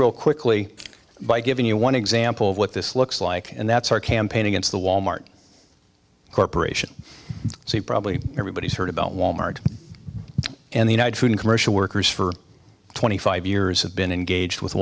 real quickly by giving you one example of what this looks like and that's our campaign against the wal mart corporation so it probably everybody's heard about wal mart and the united food and commercial workers for twenty five years have been engaged with